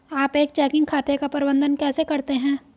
आप एक चेकिंग खाते का प्रबंधन कैसे करते हैं?